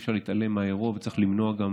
אי-אפשר להתעלם מהאירוע וצריך למנוע גם